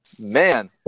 Man